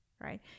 right